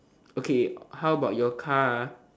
okay how about your car ah